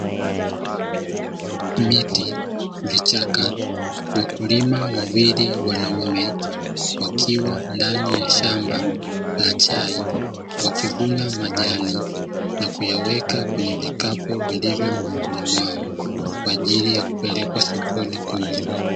Miti, vichaka, wakulima wawili wanaume wakiwa ndani ya shamba la chai, wakivuna majani na kuyaweka kwenye vikapu vilivyo mgongoni mwao kwa ajili ya kupelekwa sokoni kuuzwa.